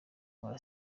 nkora